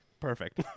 Perfect